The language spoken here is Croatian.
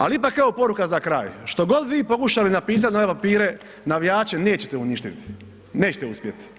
Al ipak evo poruka za kraj, što god vi pokušali napisat na ove papire, navijače nećete uništit, nećete uspjet.